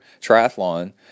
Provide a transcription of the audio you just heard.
triathlon